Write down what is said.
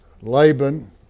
Laban